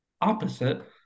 opposite